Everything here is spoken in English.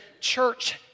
church